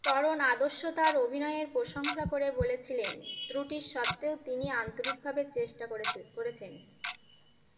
তরুণ আদর্শ তার অভিনয়ের প্রশংসা করে বলেছিলেন ত্রুটির সত্ত্বেও তিনি আন্তরিকভাবে চেষ্টা করেছে করেছেন